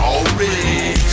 Already